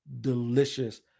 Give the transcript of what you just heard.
delicious